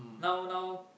now now